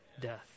death